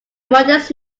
modest